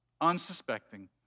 unsuspecting